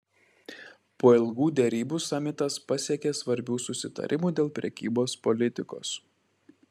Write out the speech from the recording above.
po ilgų derybų samitas pasiekė svarbių susitarimų dėl prekybos politikos